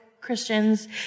Christians